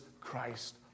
Christ